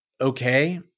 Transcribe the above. okay